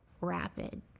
rapid